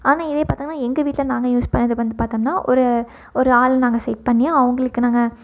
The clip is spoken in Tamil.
ஆனால் இதே பார்த்தோனா எங்கள் வீட்டில் நாங்கள் யூஸ் பண்ணிணது வந்து பார்த்தோம்னா ஒரு ஒரு ஆள் நாங்கள் செட் பண்ணி அவங்களுக்கு நாங்கள்